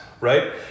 Right